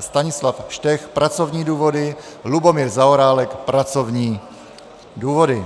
Stanislav Štech pracovní důvody, Lubomír Zaorálek pracovní důvody.